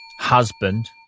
Husband